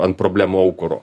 ant problemų aukuro